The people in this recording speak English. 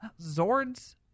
Zords